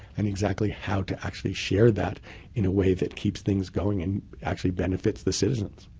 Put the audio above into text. and exactly how to actually share that in a way that keeps things going and actually benefits the citizens.